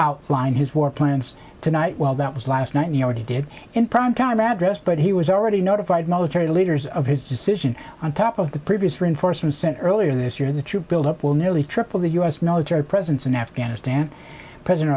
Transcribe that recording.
outline his war plans tonight while that was last night you know what he did in primetime address but he was already notified military leaders of his decision on top of the previous reinforcements sent earlier this year the troop build up will nearly triple the u s military presence in afghanistan president